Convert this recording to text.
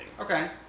Okay